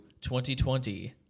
2020